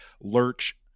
lurch